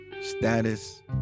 status